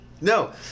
No